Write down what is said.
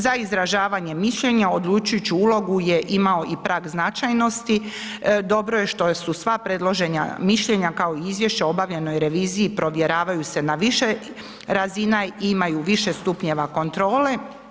Za izražavanje mišljenja odlučujući ulogu je imao i prag značajnosti, dobro je što su sva predložena mišljenja, kao i izvješća o obavljanoj reviziji provjeravaju se na više razina imaju više stupnjeva kontrole.